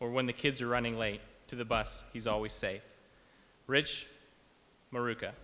or when the kids are running late to the bus he's always say rich america